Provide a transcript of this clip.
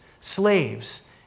slaves